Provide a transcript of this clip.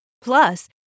Plus